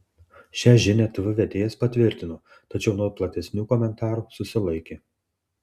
šią žinią tv vedėjas patvirtino tačiau nuo platesnių komentarų susilaikė